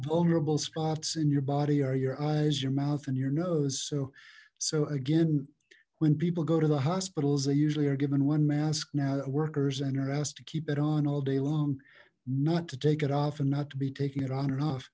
vulnerable spots in your body are your eyes your mouth and your nose so so again when people go to the hospitals they usually are given one mask now that workers and are asked to keep it on all day long not to take it off and not to be taking it on and off